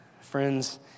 Friends